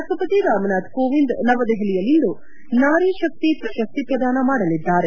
ರಾಷ್ಷಪತಿ ರಾಮನಾಥ್ ಕೋವಿಂದ್ ನವದೆಹಲಿಯಲ್ಲಿಂದು ನಾರಿ ಶಕ್ತಿ ಪ್ರಶಸ್ತಿ ಪ್ರದಾನ ಮಾಡಲಿದ್ದಾರೆ